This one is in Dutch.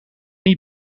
niet